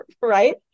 right